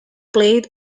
played